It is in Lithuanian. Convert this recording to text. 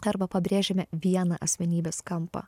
arba pabrėžiame vieną asmenybės kampą